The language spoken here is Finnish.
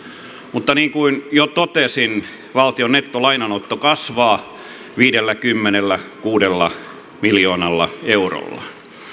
mutta niin kuin jo totesin valtion nettolainanotto kasvaa viidelläkymmenelläkuudella miljoonalla eurolla